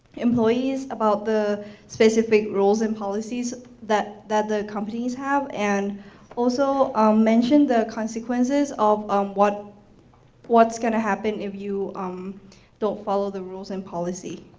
employees about the specific rules and policies that that the companies have and also mention the consequences of um what's gonna happen if you um don't follow the rules and policy.